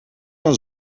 dan